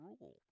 rule